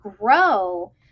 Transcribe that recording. grow